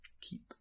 keep